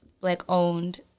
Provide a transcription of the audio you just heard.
black-owned